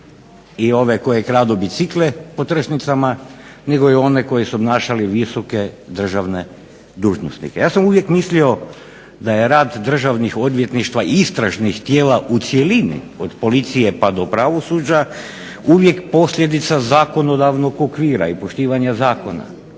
i one koji kradu bicikle po tržnicama nego i one koji su obnašale visoke državne dužnosti. ja sam uvijek mislio da je rad državnih odvjetništava i istražnih tijela u cjelini od policije pa do pravosuđa uvijek posljedica zakonodavnog okvira, poštivanja zakona,